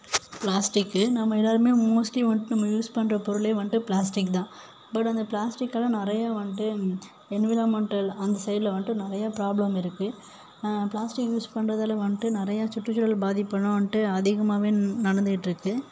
plastic நம்ம எல்லோருமே mostly வன்ட்டு நம்ம யூஸ் பண்ணுற பொருளே வன்ட்டு பிளாஸ்டிக் தான் பட் அந்த பிளாஸ்டிக்காலா நிறையா வன்ட்டு என்விராமென்ட்டல் அந்த சைடில் வன்ட்டு நிறையா ப்ராப்ளம் இருக்குது பிளாஸ்டிக் யூஸ் பண்றதில் வன்ட்டு நிறையா சுற்றுசூழல் பாதிப்பெல்லாம் வன்ட்டு அதிகமாவே நடந்துகிட்டுருக்கு